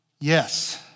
Yes